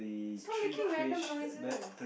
stop making random noises